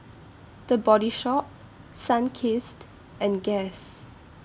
The Body Shop Sunkist and Guess